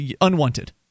unwanted